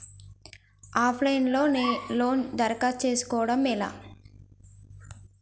Of line లో loan దరఖాస్తు చేసుకోవడం ఎలా?